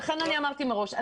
לכן אמרתי מראש,